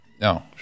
No